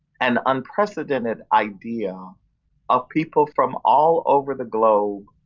an unprecedented idea of people from all over the globe,